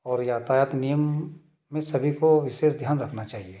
और यातायात नियम में सभी को विशेष ध्यान रखना चाहिए